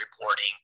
reporting